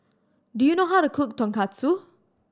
do you know how to cook Tonkatsu